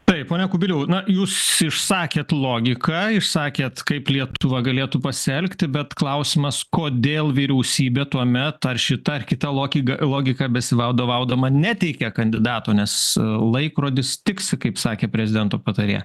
taip pone kubiliau na jūs išsakėt logiką išsakėt kaip lietuva galėtų pasielgti bet klausimas kodėl vyriausybė tuomet ar šita ar kita lokika logika besivaudovaudama neteikia kandidato nes laikrodis tiksi kaip sakė prezidento patarėja